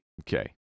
Okay